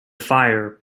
fire